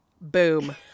Boom